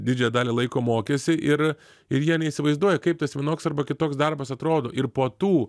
didžiąją dalį laiko mokėsi ir ir jie neįsivaizduoja kaip tas vienoks arba kitoks darbas atrodo ir po tų